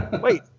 Wait